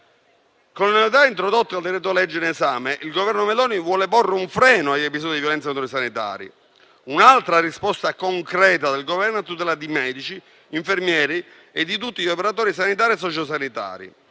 Con le novità introdotte dal decreto-legge in esame, il Governo Meloni vuole porre un freno agli episodi di violenza sociosanitaria. È un'altra risposta concreta del Governo a tutela di medici, infermieri e di tutti gli operatori sanitari e sociosanitari,